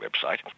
website